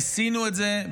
ניסינו את זה,